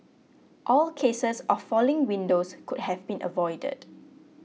all cases of falling windows could have been avoided